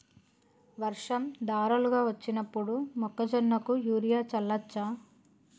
వర్షం ధారలుగా వచ్చినప్పుడు మొక్కజొన్న కు యూరియా చల్లచ్చా?